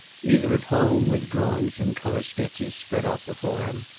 either at home, with drawings and color sketches spread out before him,